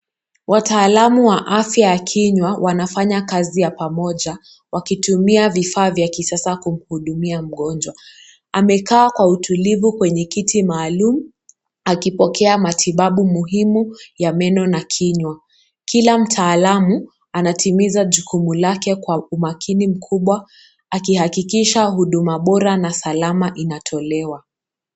Wataalamu wa afya ya kinywa wanafanya kazi ya pamoja, wakitumia vifaa vya kisasa kumhudumia mgonjwa. Amekaa kwa utulivu kwenye kiti maalum. Akipokea matibabu muhimu ya meno na kinywa. Kila mtaalamu, anatimiza jukumu lake kwa umakini mkubwa, akihakikisha huduma bora na salama inatolewa.